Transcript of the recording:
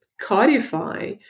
codify